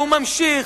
והוא ממשיך,